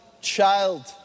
child